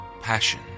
passion